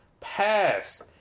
past